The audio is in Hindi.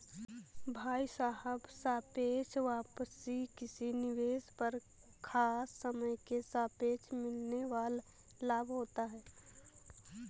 भाई साहब सापेक्ष वापसी किसी निवेश पर खास समय के सापेक्ष मिलने वाल लाभ होता है